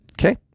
Okay